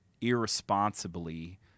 irresponsibly